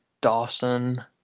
Dawson